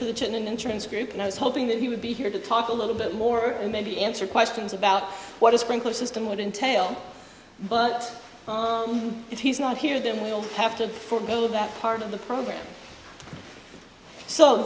for the chin insurance group and i was hoping that he would be here to talk a little bit more and maybe answer questions about what a sprinkler system would entail but if he's not here then we'll have to forego that part of the program so